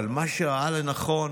אבל מה שראה לנכון